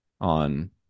On